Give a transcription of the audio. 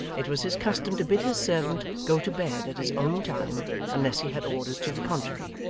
it was his custom to bid his servant go to bed at his own time unless he had orders to the contrary,